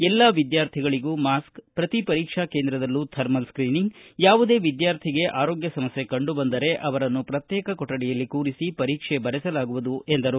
ಎಲ್ಲಾ ವಿದ್ಯಾರ್ಥಿಗಳಿಗೂ ಮಾಸ್ಕ್ ಪ್ರತಿ ಪರೀಕ್ಷಾ ಕೇಂದ್ರದಲ್ಲೂ ಥರ್ಮಲ್ ಸ್ತೀನಿಂಗ್ ಯಾವುದೇ ವಿದ್ಯಾರ್ಥಿಗೆ ಆರೋಗ್ಯ ಸಮಸ್ತ ಕಂಡುಬಂದರೆ ಅವರನ್ನು ಪ್ರತ್ಯೇಕ ಕೊಠಡಿಯಲ್ಲಿ ಕೂರಿಸಿ ಪರೀಕ್ಷೆ ಬರೆಸಲಾಗುವುದು ಎಂದರು